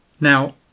now